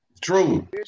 True